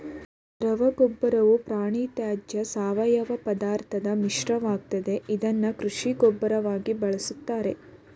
ದ್ರವಗೊಬ್ಬರವು ಪ್ರಾಣಿತ್ಯಾಜ್ಯ ಸಾವಯವಪದಾರ್ಥದ್ ಮಿಶ್ರಣವಾಗಯ್ತೆ ಇದ್ನ ಕೃಷಿ ಗೊಬ್ಬರವಾಗಿ ಬಳುಸ್ತಾರೆ